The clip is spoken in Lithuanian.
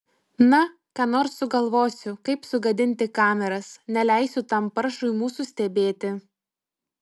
na ką nors sugalvosiu kaip sugadinti kameras neleisiu tam paršui mūsų stebėti